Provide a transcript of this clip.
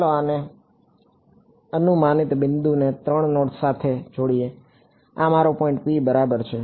ચાલો આને અનુમાનિત બિંદુને 3 નોડ સાથે જોડીએ આ મારો પોઈન્ટ P બરાબર છે